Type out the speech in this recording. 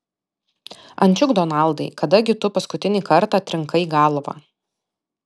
ančiuk donaldai kada gi tu paskutinį kartą trinkai galvą